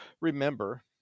remember